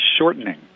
shortening